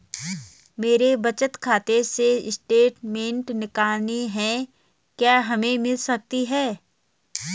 मेरे बचत खाते से स्टेटमेंट निकालनी है क्या हमें मिल सकती है?